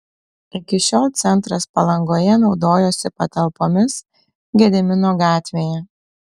iki šiol centras palangoje naudojosi patalpomis gedimino gatvėje